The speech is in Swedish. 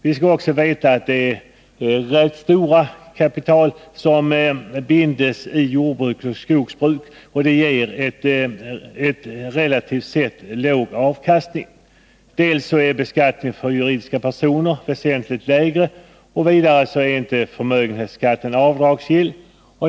Vi skall också veta att det är rätt stora kapital som är bundna i jordbruk och skogsbruk och som ger en relativt sett låg avkastning. Dels är beskattningen för juridiska personer väsentligt lägre, och vidare är inte förmögenhetsskatten avdragsgill.